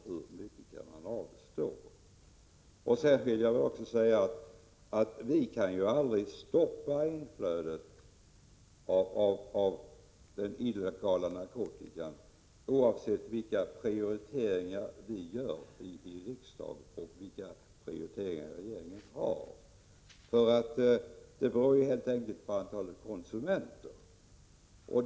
Hur mycket kan man avstå? Jag vill också säga att vi kan aldrig stoppa inflödet av den illegala narkotikan oavsett vilka prioriteringar vi gör i riksdagen eller vilka prioriteringar regeringen gör. Det beror helt enkelt på antalet konsumenter.